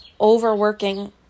Overworking